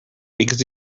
because